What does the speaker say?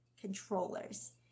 controllers